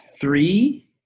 three